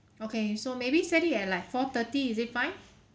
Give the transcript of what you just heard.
okay so maybe set it at like four thirty is it fine